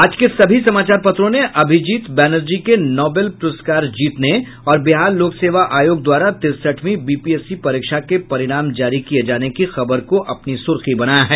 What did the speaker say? आज के सभी समाचार पत्रों ने अभिजीत बैनर्जी के नोबेल पुरस्कार जीतने और बिहार लोक सेवा आयोग द्वारा तिरसठवीं बीपीएससी परीक्षा के परिणाम जारी किये जाने की खबर को अपनी सुर्खी बनाया है